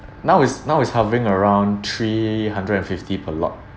now is now is hovering around three hundred and fifty per lot